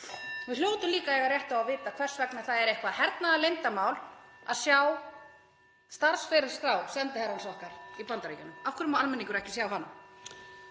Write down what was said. Við hljótum líka að eiga rétt á að vita hvers vegna það er eitthvert hernaðarleyndarmál að sjá starfsferilsskrá sendiherrans okkar í Bandaríkjunum. Af hverju má almenningur ekki sjá hana?